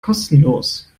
kostenlos